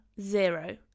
zero